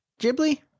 Ghibli